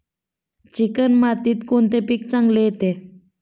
Chicken मातीत कोणते पीक चांगले येते?